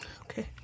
Okay